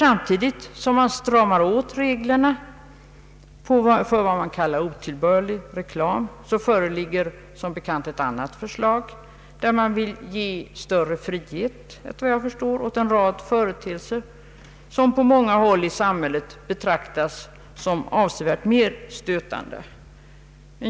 Samtidigt som man stramar åt reglerna för vad man kallar otillbörlig marknadsföring föreligger som bekant ett annat förslag som går ut på att ge större frihet åt en rad företeelser som på många håll i samhället betraktas såsom avsevärt mer stötande.